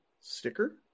Sticker